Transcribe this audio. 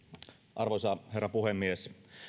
arvoisa herra puhemies